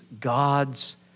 God's